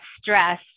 stress